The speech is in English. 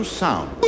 sound